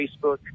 facebook